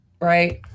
right